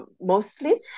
mostly